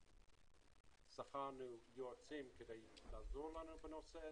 שכרנו יועצים כדי לעזור לנו בנושא.